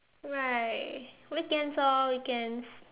right weekends orh weekends